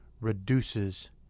reduces